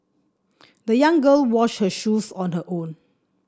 the young girl washed her shoes on her own